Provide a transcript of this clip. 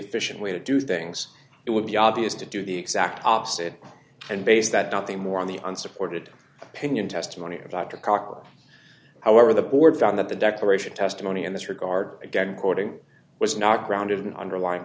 efficient way to do things it would be obvious to do the exact opposite and base that nothing more on the on supported opinion testimony of dr crocker however the board found that the declaration testimony in this regard again quoting was not grounded in underlying